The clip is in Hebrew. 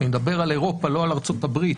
אני מדבר על אירופה לא על ארצות הברית.